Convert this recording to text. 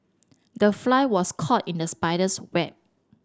the fly was caught in the spider's web